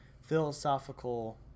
philosophical